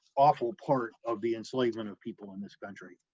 awful part of the enslavement of people in this country.